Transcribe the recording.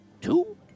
two